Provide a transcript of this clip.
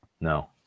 no